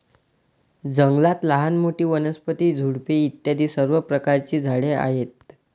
जंगलात लहान मोठी, वनस्पती, झुडपे इत्यादी सर्व प्रकारची झाडे आहेत